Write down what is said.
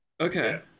Okay